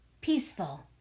peaceful